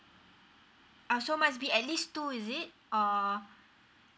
uh so must be at least two is it err